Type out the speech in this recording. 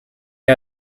had